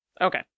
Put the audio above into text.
okay